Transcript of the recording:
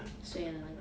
谁来的那个